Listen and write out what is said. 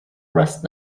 rest